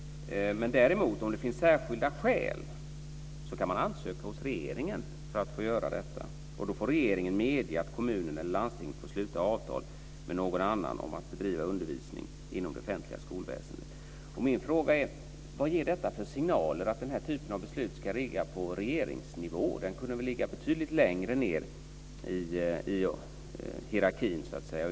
Om det finns särskilda skäl kan man däremot ansöka hos regeringen för att få göra detta. Då får regeringen medge att kommunen eller landstinget får sluta avtal med någon annan om att bedriva undervisning inom det offentliga skolväsendet. Vad ger det för signaler att denna typ av beslut ska fattas på regeringsnivå? De kunde fattas betydligt längre ned i hierarkin.